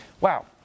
wow